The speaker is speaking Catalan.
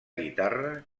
guitarra